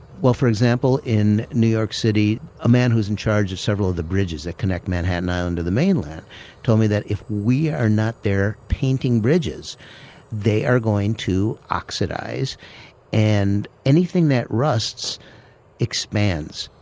well, for example, in new york city a man who is in charge of several of the bridges that connect manhattan island to the mainland told me that if we are not there painting bridges they are going to oxidize and anything that rusts expands.